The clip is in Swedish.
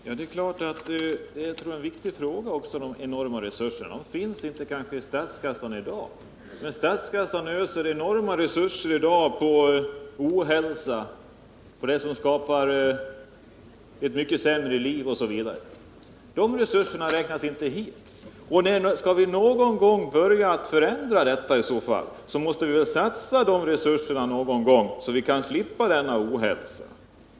Herr talman! Det är klart att det är viktigt med de enorma resurserna, som kanske inte finns i statskassan i dag. Men ur statskassan öser man enorma resurser på ohälsa, på det som skapar ett mycket sämre liv osv. De resurserna räknas inte hit. Skall vi börja förändra detta måste vi väl någon gång satsa de resurserna, så att vi kan slippa denna ohälsa.